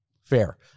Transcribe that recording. Fair